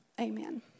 amen